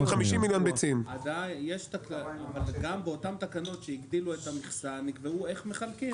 אבל גם באותן תקנות שהגדילו את המכסה נקבע איך מחלקים.